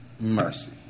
mercy